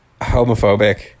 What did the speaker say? homophobic